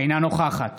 אינה נוכחת